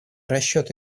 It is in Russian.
расчет